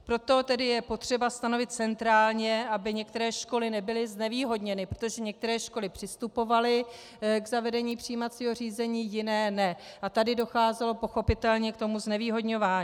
Proto tedy je potřeba stanovit centrálně, aby některé školy nebyly znevýhodněny, protože některé školy přistupovaly k zavedení přijímacího řízení, jiné ne a tady docházelo pochopitelně k tomu znevýhodňování.